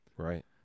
right